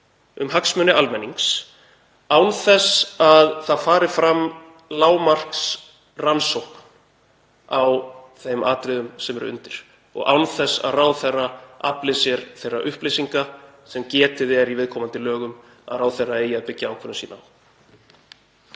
um hagsmuni almennings, án þess að það fari fram lágmarksrannsókn á þeim atriðum sem eru undir og án þess að ráðherra afli sér þeirra upplýsinga sem getið er í viðkomandi lögum að ráðherra eigi að byggja ákvörðun sína á?